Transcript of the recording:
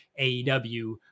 AEW